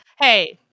Hey